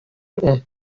اون